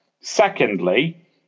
Secondly